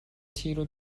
تیرو